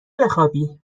بخوابی